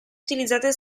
utilizzate